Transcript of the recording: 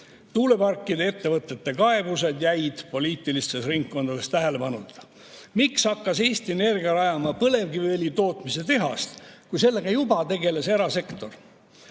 Tuuleparkide ettevõtete kaebused jäid poliitilistes ringkondades tähelepanuta. Miks hakkas Eesti Energia rajama põlevkiviõli tootmise tehast, kui sellega juba tegeles erasektor?